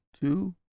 two